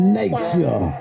nature